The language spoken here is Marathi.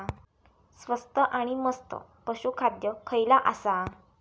स्वस्त आणि मस्त पशू खाद्य खयला आसा?